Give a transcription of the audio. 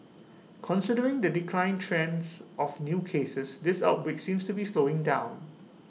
considering the decline trends of new cases this outbreak seems to be slowing down